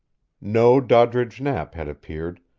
no doddridge knapp had appeared,